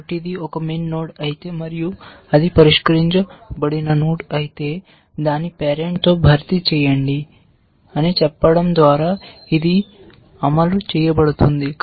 కాబట్టి ఇది ఒక min నోడ్ అయితే మరియు అది పరిష్కరించబడిన నోడ్ అయితే దాని పేరెంట్తో భర్తీ చేయండి అని చెప్పడం ద్వారా ఇది అమలు చేయబడుతుంది